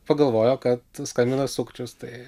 pagalvojo kad skambina sukčius tai